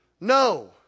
no